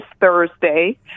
Thursday